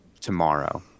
tomorrow